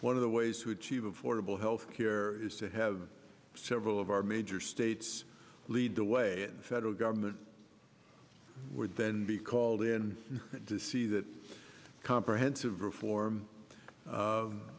one of the ways to achieve affordable health care is to have several of our major states lead the way in the federal government would then be called in to see that comprehensive reform